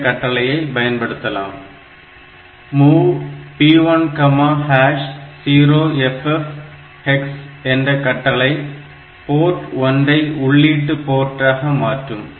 என்ற கட்டளையை பயன்படுத்தலாம் MOV P10FF hex என்ற கட்டளை போர்ட் 1 ஐ உள்ளீட்டு போர்ட்டாக மாற்றும்